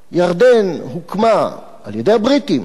ירדן הוקמה על-ידי הבריטים,